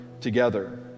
together